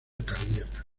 cardíaca